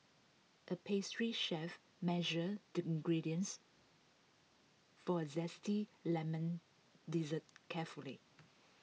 A pastry chef measured the ingredients for A Zesty Lemon Dessert carefully